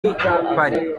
ikipari